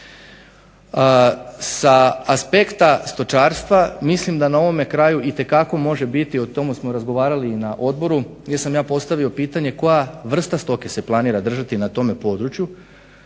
SA aspekta stočarstva mislim da na ovome kraju itekako može biti, o tome smo razgovarali na odboru, gdje sam ja postavio pitanje koja vrsta stoke se planira držati na tome području,